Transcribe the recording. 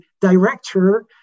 director